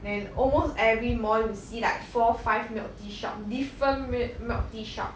and in almost every mall you see like four five milk tea shops different milk milk tea shops